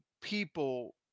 people